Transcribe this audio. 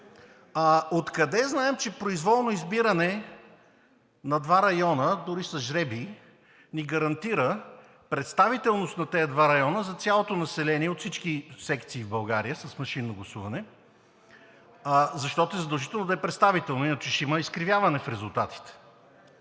Откъде знаем, че произволно избиране на два района дори с жребий ни гарантира представителност на тези два района за цялото население от всички секции в България с машинно гласуване? Защото е задължително да е представително, иначе ще има изкривяване в резултатите.